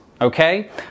okay